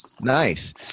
Nice